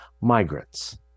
migrants